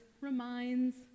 reminds